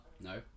No